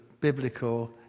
biblical